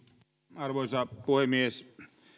arvoisa puhemies